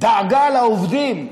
דאגה לעובדים,